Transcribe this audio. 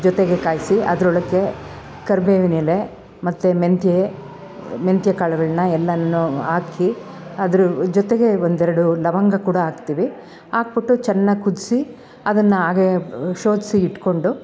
ಜೊತೆಗೆ ಕಾಯಿಸಿ ಅದರೊಳಕ್ಕೆ ಕರಿಬೇವಿನೆಲೆ ಮತ್ತು ಮೆಂತ್ಯೆ ಮೆಂತ್ಯೆ ಕಾಳುಗಳನ್ನ ಎಲ್ಲನ್ನು ಹಾಕಿ ಅದ್ರ ಜೊತೆಗೆ ಒಂದೆರಡು ಲವಂಗ ಕೂಡ ಹಾಕ್ತಿವಿ ಹಾಕ್ಬಿಟ್ಟು ಚೆನ್ನಾಗ್ ಕುದಿಸಿ ಅದನ್ನ ಹಾಗೇ ಶೋಧ್ಸಿ ಇಟ್ಟುಕೊಂಡು